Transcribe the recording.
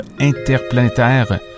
interplanétaire